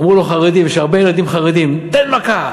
אמרו לו: חרדים, יש הרבה ילדים חרדים, תן מכה.